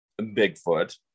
Bigfoot